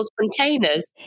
containers